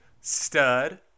Stud